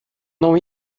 não